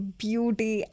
beauty